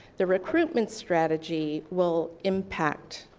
the recruitment strategy will impact